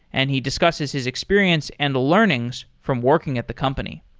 and he discusses his experience and learnings from working at the company